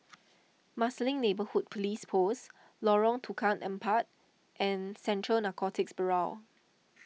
Marsiling Neighbourhood Police Post Lorong Tukang Empat and Central Narcotics Bureau